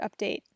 update